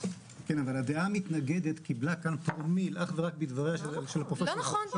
אבל הדעה המתנגדת קיבלה פרומיל- -- לא נכון.